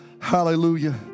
Hallelujah